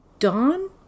Dawn